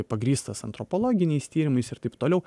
pagrįstas antropologiniais tyrimais ir taip toliau